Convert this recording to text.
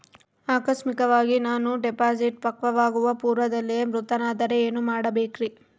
ಆಕಸ್ಮಿಕವಾಗಿ ನಾನು ಡಿಪಾಸಿಟ್ ಪಕ್ವವಾಗುವ ಪೂರ್ವದಲ್ಲಿಯೇ ಮೃತನಾದರೆ ಏನು ಮಾಡಬೇಕ್ರಿ?